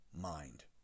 mind